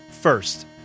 first